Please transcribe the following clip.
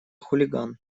хулиган